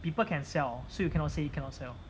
people can sell so you cannot say you cannot sell